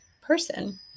person